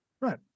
Right